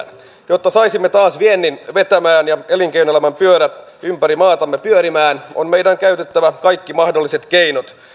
jotta saisimme taas viennin vetämään ja elinkeinoelämän pyörät ympäri maatamme pyörimään on meidän käytettävä kaikki mahdolliset keinot